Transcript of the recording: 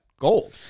gold